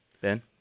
Ben